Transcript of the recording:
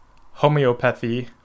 homeopathy